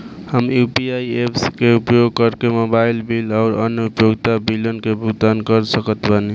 हम UPI apps के उपयोग करके मोबाइल बिल आउर अन्य उपयोगिता बिलन के भुगतान कर सकत बानी